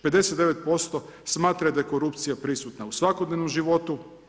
59% smatra da je korupcija prisutna u svakodnevnom životu.